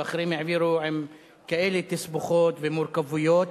אחרים העבירו עם כאלה תסבוכות ומורכבויות.